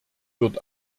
wird